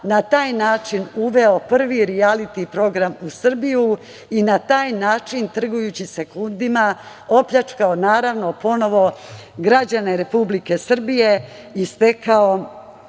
na taj način uveo prvi rijaliti program u Srbiji i na taj način trgujući sekundima opljačkao ponovo građane Republike Srbije i stekao